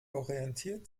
orientiert